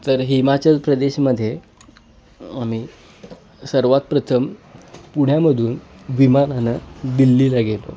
तर हिमाचल प्रदेशमध्ये आम्ही सर्वांत प्रथम पुण्यामधून विमानानं दिल्लीला गेलो